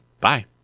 bye